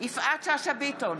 יפעת שאשא ביטון,